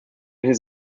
his